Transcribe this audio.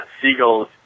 seagulls